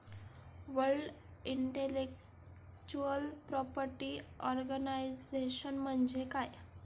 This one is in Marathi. वर्ल्ड इंटेलेक्चुअल प्रॉपर्टी ऑर्गनायझेशन म्हणजे काय?